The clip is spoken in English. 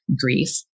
grief